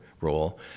role